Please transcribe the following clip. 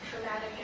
traumatic